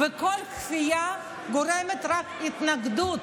וכל כפייה גורמת רק התנגדות.